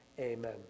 Amen